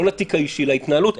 לא לתיק האישי להתנהלות,